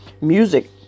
music